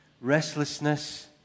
restlessness